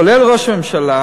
כולל ראש הממשלה,